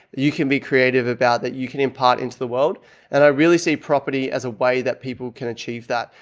you can be creative about that you can impart into the world and i really see property as a way that people can achieve that.